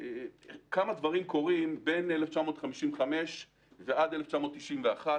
קורים כמה דברים בין 1955 ועד 1991,